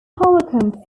holcomb